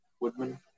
Woodman